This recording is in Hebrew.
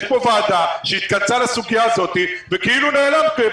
יש פה וועדה שהתכנסה לסוגיה הזאת וכאילו נעלמתם,